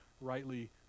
rightly